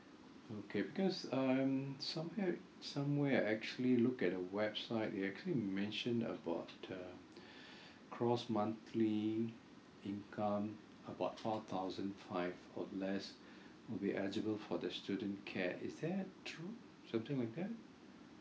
okay because um somewhere somewhere I actually look at the website it actually mentioned about uh gross monthly income about four thousand five or less will be eligible for the student care is that true something like that